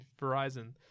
Verizon